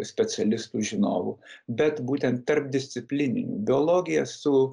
specialistų žinovų bet būtent tarpdisciplininių biologija su